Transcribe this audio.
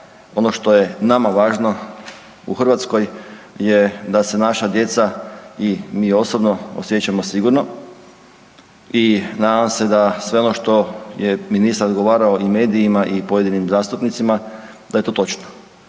Ono što je nama važno u Hrvatskoj je da se naša djeca i mi osobno osjećamo sigurno i nadam se da sve ono što je ministar odgovarao i medijima i pojedinim zastupnicima da je to točno.